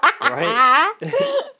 Right